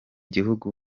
gihugu